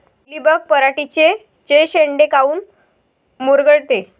Mealybug पराटीचे चे शेंडे काऊन मुरगळते?